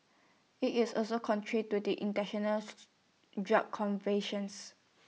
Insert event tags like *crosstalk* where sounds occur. IT is also contrary to the International *unintelligible* drug conventions